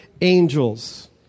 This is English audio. angels